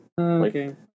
Okay